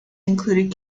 included